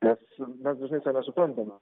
nes mes dažnai to nesuprantame